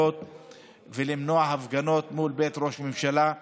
מענקים לעסקים, ולא רק מי שנפגע 40% מהמחזור שלהם,